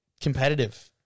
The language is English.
competitive